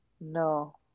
No